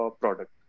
product